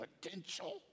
potential